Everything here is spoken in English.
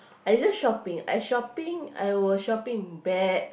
I love shopping I shopping I will shopping bag